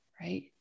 Right